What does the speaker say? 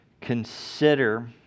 consider